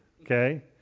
Okay